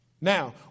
Now